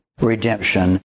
redemption